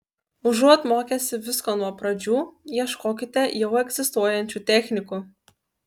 užuot mokęsi visko nuo pradžių ieškokite jau egzistuojančių technikų